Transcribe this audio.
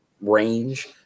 range